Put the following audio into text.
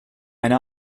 eine